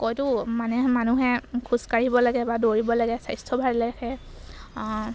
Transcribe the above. কয়টো মানে মানুহে খোজ কাঢ়িব লাগে বা দৌৰিব লাগে স্বাস্থ্য ভালে ৰাখে